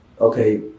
okay